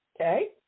Okay